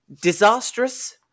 disastrous